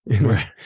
Right